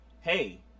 hey